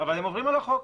הם עוברים על החוק.